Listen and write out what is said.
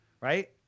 right